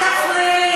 אל תפריע לי.